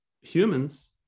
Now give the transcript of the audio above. humans